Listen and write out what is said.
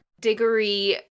Diggory